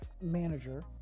manager